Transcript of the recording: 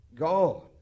God